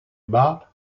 bas